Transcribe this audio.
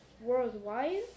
worldwide